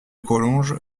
collonges